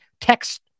text